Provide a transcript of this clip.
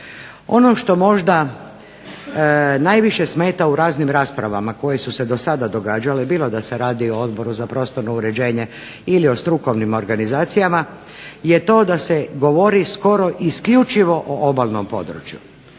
Ono što možda najviše smeta u raznim raspravama koje su se dosada događale bilo da se radi o Odboru za prostorno uređenje ili o strukovnim organizacijama je to da se govori skoro isključivo o obalnom području.